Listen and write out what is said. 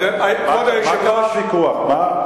מה קרה, הוויכוח?